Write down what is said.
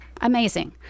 Amazing